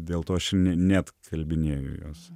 dėl to aš ir ne neatkalbinėju jos